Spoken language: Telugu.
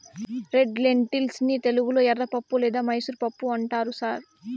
రెడ్ లెన్టిల్స్ ని తెలుగులో ఎర్రపప్పు లేదా మైసూర్ పప్పు అంటారు సార్